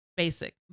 Basic